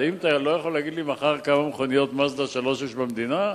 אתה לא יכול להגיד לי מחר כמה מכוניות "מזדה 3" יש במדינה?